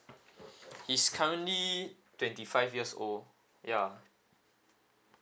he's currently twenty five years old ya